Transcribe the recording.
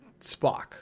Spock